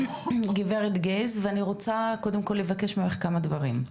גברת גז ואני רוצה קודם כל לבקש ממך כמה דברים.